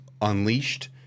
unleashed